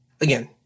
Again